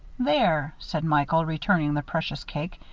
there, said michael, returning the precious cake.